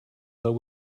but